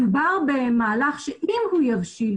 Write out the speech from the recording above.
מדובר במהלך שאם הוא יבשיל,